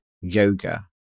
yoga